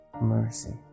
mercy